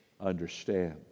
understand